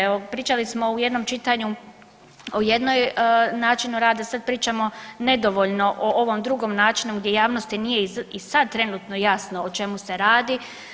Evo, pričali smo u jednom čitanju o jednoj načinu rada, sad pričamo nedovoljno o ovom drugom načinu gdje javnosti nije i sad trenutno jasno o čemu se radi.